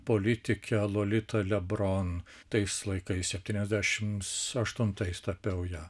politikę lolita lebron tais laikais septyniasdešimt aštuntais tapiau ją